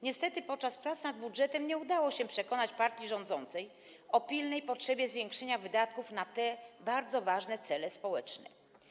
Niestety podczas prac nad budżetem nie udało się przekonać partii rządzącej o pilnej potrzebie zwiększenia wydatków na te bardzo ważne cele społeczne.